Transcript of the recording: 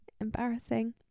Embarrassing